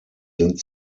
sind